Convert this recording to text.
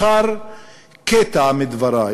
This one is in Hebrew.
בחר קטע מדברי